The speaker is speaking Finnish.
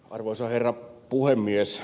arvoisa herra puhemies